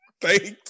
thanks